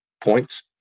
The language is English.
points